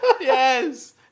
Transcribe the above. Yes